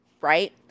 right